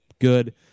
good